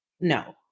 No